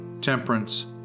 temperance